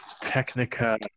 Technica